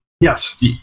Yes